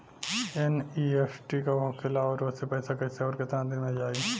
NEFT का होखेला और ओसे पैसा कैसे आउर केतना दिन मे जायी?